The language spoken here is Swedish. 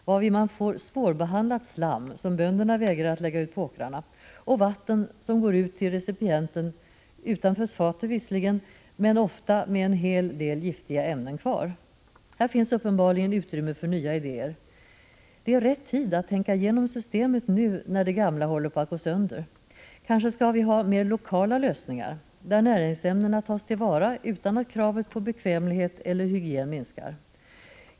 Härvid får man svårbehandlat slam som bönderna vägrar lägga ut på åkrarna och vatten som går ut till recipienten, visserligen utan fosfater men ofta med en hel del giftiga ämnen kvar. Här finns uppenbarligen utrymme för nya idéer. Det är rätt tid att tänka igenom systemet nu, när det gamla håller på att gå sönder. Kanske skall vi ha mer lokala lösningar, där näringsämnen tas till vara utan att kravet på bekvämlighet eller hygien minskar.